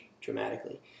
dramatically